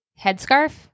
Headscarf